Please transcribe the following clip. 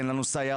אין לנו סייעות,